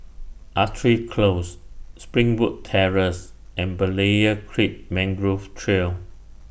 Artillery Close Springwood Terrace and Berlayer Creek Mangrove Trail